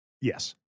Yes